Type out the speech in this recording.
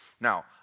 Now